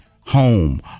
home